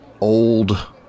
old